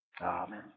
Amen